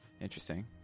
Interesting